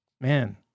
Man